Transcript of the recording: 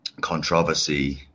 controversy